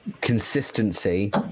consistency